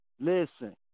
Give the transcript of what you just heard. Listen